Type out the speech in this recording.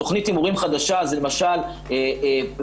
תכנית הימורים חדשה זה למשל פוקר.